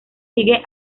sigue